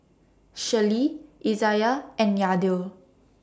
Shirlee Izayah and Yadiel